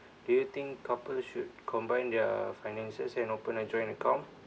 do you think couple should combine their finances and open a joint account